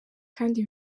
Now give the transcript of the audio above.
kandi